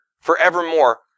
forevermore